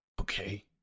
Okay